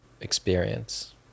experience